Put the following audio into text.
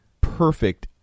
perfect